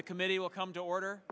the committee will come to order